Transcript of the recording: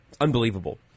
Unbelievable